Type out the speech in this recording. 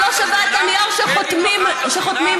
שלא שווה את הנייר שחותמים עליה.